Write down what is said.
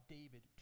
David